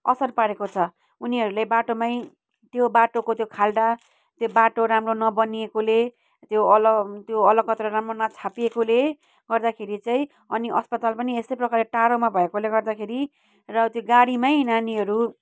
असर पारेको छ उनीहरूले बाटोमै त्यो बाटोको त्यो खाल्डा त्यो बाटो राम्रो नबनिएकोले त्यो अल त्यो अलकत्र राम्रो नछापिएकोले गर्दाखेरि चाहिँ अनि अस्पताल पनि यस्तै प्रकारले टाढोमा भएकोले गर्दाखेरि र त्यो गाडीमै नानीहरू